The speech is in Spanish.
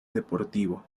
deportivo